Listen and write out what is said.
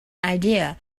idea